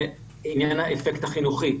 לעניין האפקט החינוכי.